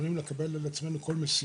יכולים לקבל על עצמנו כל משימה,